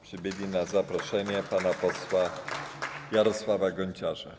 Przybyła ona na zaproszenie pana posła Jarosława Gonciarza.